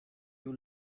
you